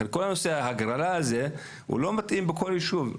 ולכן כל נושא ההגרלה הזו לא מתאים לכל יישוב,